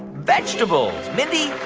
vegetables. mindy,